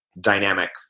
dynamic